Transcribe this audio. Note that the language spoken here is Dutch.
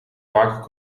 vaak